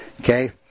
Okay